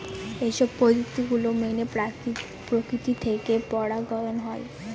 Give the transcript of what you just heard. এইসব পদ্ধতি গুলো মেনে প্রকৃতি থেকে পরাগায়ন হয়